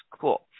cool